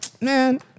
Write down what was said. Man